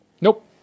Nope